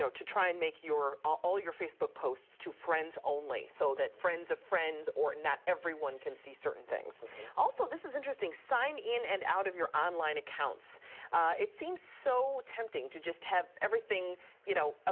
to try and make your all your facebook posts to friends only so that friends of friends or not everyone can see certain things also this is interesting sign in and out of your online accounts it seems so tempting to just have everything you know, ah